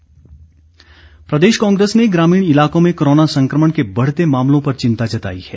कांग्रेस प्रदेश कांग्रेस ने ग्रामीण इलाकों में कोरोना संकमण के बढ़ते मामलों पर चिंता जताई है